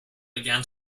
began